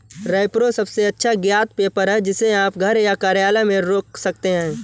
repro सबसे अच्छा ज्ञात पेपर है, जिसे आप घर या कार्यालय में रख सकते हैं